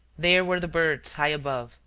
there were the birds high above,